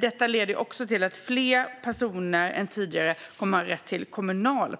Detta leder också till att fler personer än tidigare kommer att ha rätt till kommunal